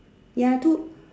ya two